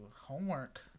homework